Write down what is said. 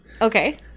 okay